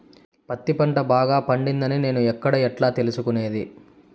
పత్తి పంట బాగా పండిందని నేను ఎక్కడ, ఎట్లా తెలుసుకునేది?